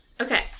okay